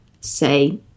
say